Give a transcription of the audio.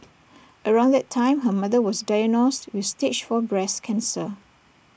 around that time her mother was diagnosed with stage four breast cancer